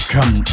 Come